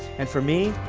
and for me,